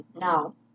now